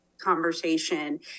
conversation